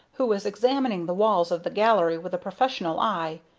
who was examining the walls of the gallery with a professional eye.